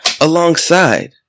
Alongside